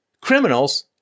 Criminals